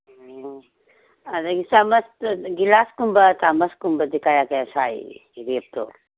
ꯎꯝ ꯑꯗꯩ ꯒꯤꯂꯥꯁꯒꯨꯝꯕ ꯆꯥꯃꯁꯒꯨꯝꯕꯗꯤ ꯀꯌꯥ ꯀꯌꯥ ꯁꯥꯏ ꯔꯦꯠꯇꯣ